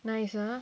nice ah